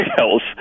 else